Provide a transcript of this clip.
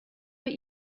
but